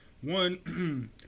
one